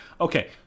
Okay